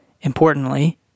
importantly